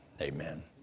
Amen